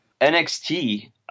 NXT